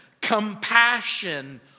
compassion